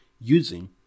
using